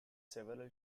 several